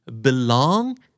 belong